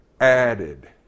Added